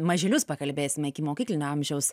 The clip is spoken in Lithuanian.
mažylius pakalbėsime ikimokyklinio amžiaus